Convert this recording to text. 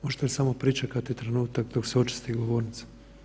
Možete samo pričekati trenutak dok se očisti govornica.